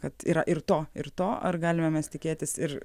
kad yra ir to ir to ar galime mes tikėtis ir